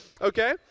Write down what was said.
okay